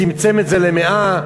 צמצם את זה ל-100.